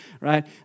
right